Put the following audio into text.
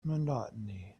monotony